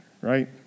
right